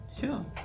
sure